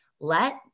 let